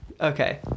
Okay